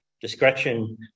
Discretion